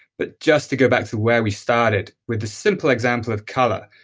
but just to go back to where we started with the simple example of color,